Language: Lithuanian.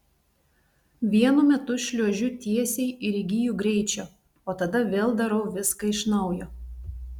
vienu metu šliuožiu tiesiai ir įgyju greičio o tada vėl darau viską iš naujo